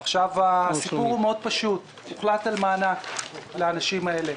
הסיפור פשוט מאוד: הוחלט על מענק לאנשים האלה.